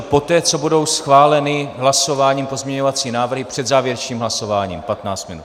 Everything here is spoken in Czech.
Poté co budou schváleny hlasováním pozměňovací návrhy, před závěrečným hlasováním patnáct minut.